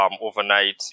overnight